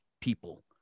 people